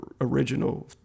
original